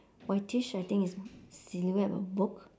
whitish I think it's silhouette of book